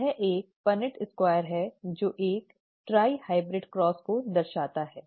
यह एक Punnett square है जो एक त्रि संकर क्रॉस को दर्शाता है